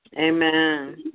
Amen